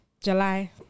July